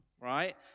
right